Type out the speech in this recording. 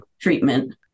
treatment